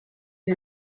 est